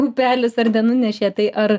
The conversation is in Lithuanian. upelis ar nenunešė tai ar